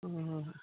ꯍꯣꯏ ꯍꯣꯏ ꯍꯣꯏ ꯍꯣꯏ